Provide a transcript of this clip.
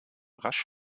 rasch